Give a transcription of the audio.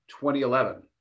2011